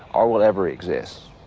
or will ever exist.